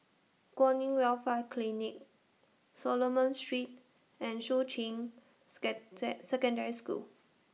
Kwan in Welfare Clinic Solomon Street and Shuqun skate The Secondary School